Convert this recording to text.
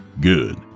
Good